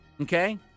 okay